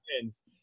wins